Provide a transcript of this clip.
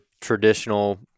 traditional